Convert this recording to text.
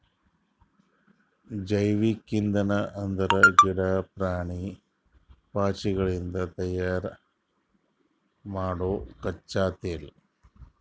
ಜೈವಿಕ್ ಇಂಧನ್ ಅಂದ್ರ ಗಿಡಾ, ಪ್ರಾಣಿ, ಪಾಚಿಗಿಡದಿಂದ್ ತಯಾರ್ ಮಾಡೊ ಕಚ್ಚಾ ತೈಲ